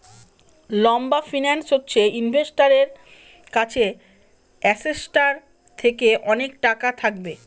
লম্বা ফিন্যান্স হচ্ছে ইনভেস্টারের কাছে অ্যাসেটটার থেকে অনেক টাকা থাকবে